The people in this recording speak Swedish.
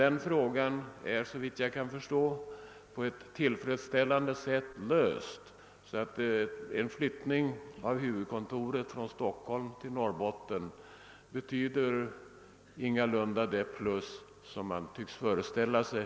Den frågan är emellertid — såvitt jag förstår — nu löst på ett tillfredsställande sätt, varför en flyttning av huvudkontoret från Stockholm till Norrbotten ingalunda betyder det plus i detta avseende som man tycks föreställa sig.